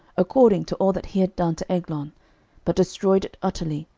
according to all that he had done to eglon but destroyed it utterly,